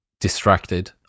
distracted